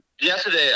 Yesterday